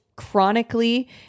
Chronically